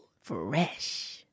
Fresh